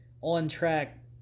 on-track